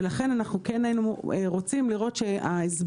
ולכן אנחנו כן היינו רוצים לראות שההסבר